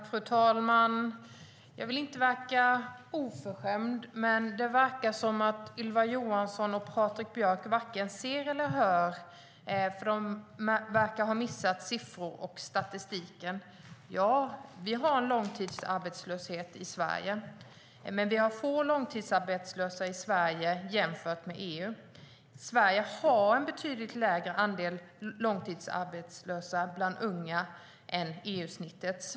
Fru talman! Jag vill inte verka oförskämd. Men det verkar som om Ylva Johansson och Patrik Björck varken ser eller hör. De verkar ha missat siffror och statistik. Ja, vi har en långtidsarbetslöshet i Sverige. Men vi har få långtidsarbetslösa i Sverige jämfört med EU. Sverige har en betydligt lägre andel långtidsarbetslösa bland unga än EU-snittet.